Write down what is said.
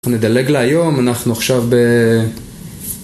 אנחנו נדלג להיום, אנחנו עכשיו ב...